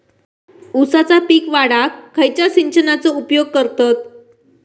ऊसाचा पीक वाढाक खयच्या सिंचनाचो उपयोग करतत?